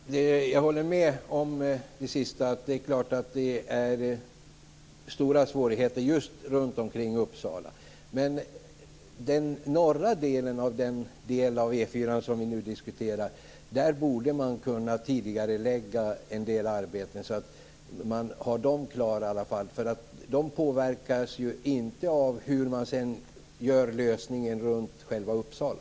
Fru talman! Jag håller med om det sista, att det är klart att det är stora svårigheter med dragningen just förbi Uppsala. Men arbetet med den norra delen av den del av E 4 som nu diskuteras borde man kunna tidigarelägga, så att åtminstone det blir klart. Det påverkas ju inte av hur man sedan gör lösningen förbi själva Uppsala.